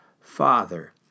Father